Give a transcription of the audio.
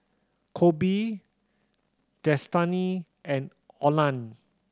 Kobe Destany and Olan